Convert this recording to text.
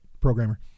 Programmer